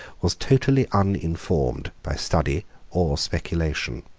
was totally uninformed by study or speculation.